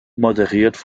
moderiert